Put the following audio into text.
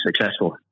successful